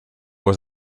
was